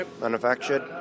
manufactured